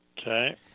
Okay